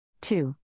Two